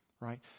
right